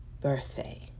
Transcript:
birthday